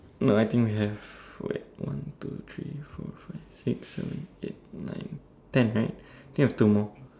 no I think we have wait one two three four five six seven eight nine ten right think have two more